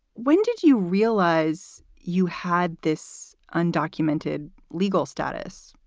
when did you realize you had this undocumented legal status?